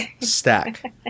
stack